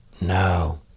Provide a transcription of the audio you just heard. No